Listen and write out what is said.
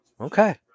Okay